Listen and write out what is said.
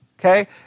Okay